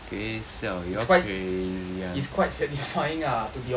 it's quite it's quite satisfying lah to be honest I feel lah